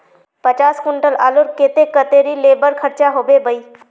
पचास कुंटल आलूर केते कतेरी लेबर खर्चा होबे बई?